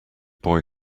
boy